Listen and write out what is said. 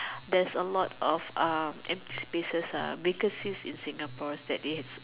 there's a lot of um empty spaces ah because since in Singapore there is